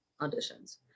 auditions